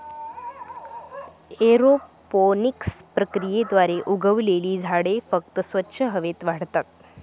aeroponics प्रक्रियेद्वारे उगवलेली झाडे फक्त स्वच्छ हवेत वाढतात